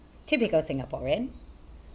typical singaporean